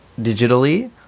digitally